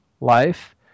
life